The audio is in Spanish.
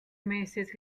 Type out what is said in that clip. meses